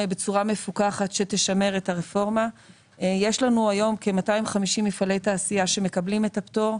יש לנו היום כ-250 מפעלי תעשייה שמקבלים את הפטור,